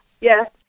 Yes